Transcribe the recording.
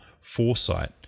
foresight